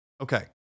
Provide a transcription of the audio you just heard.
Okay